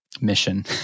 mission